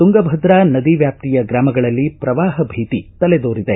ತುಂಗಾಭದ್ರಾ ನದಿ ವ್ಯಾಪ್ತಿಯ ಗ್ರಾಮಗಳಲ್ಲಿ ಪ್ರವಾಹ ಭೀತಿ ತಲೆ ದೋರಿದೆ